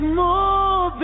more